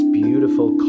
beautiful